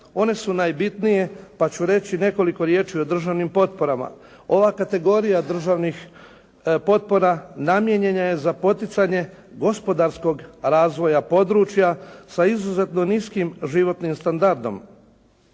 One su najbitnije pa ću reći nekoliko riječi o državnim potporama. Ova kategorija državnih potpora namijenjena je za poticanje gospodarskog razvoja područja sa izuzetno niskim životnim standardom